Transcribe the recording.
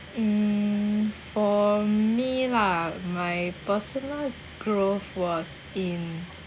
um for me lah my personal growth was in